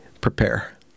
prepare